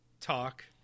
talk